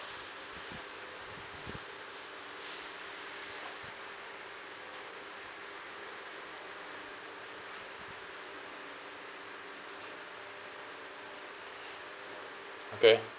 okay